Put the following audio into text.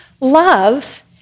love